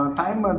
time